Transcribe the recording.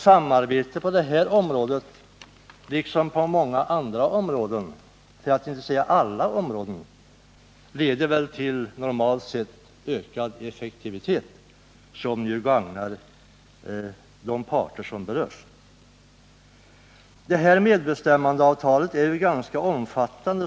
Samarbete på detta område liksom på många andra — för att inte säga alla — områden leder normalt till ökad effektivitet, vilket gagnar de parter som berörs. Det träffade medbestämmandeavtalet är ganska omfattande.